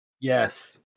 Yes